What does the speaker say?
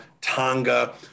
Tonga